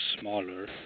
smaller